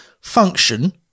function